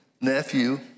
nephew